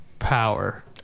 power